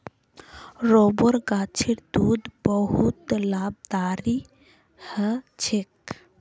rubber गाछेर दूध बहुत लाभकारी ह छेक